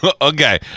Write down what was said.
Okay